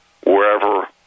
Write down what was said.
wherever